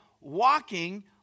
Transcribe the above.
walking